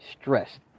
stressed